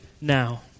now